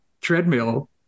treadmill